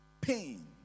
Pain